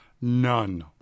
None